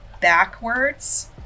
backwards